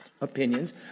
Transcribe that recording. opinions